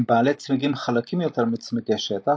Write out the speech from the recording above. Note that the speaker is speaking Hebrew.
הם בעלי צמיגים חלקים יותר מצמיגי שטח,